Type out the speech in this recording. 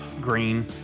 Green